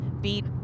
Beat